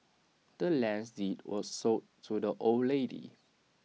the land's deed was sold to the old lady